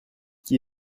qui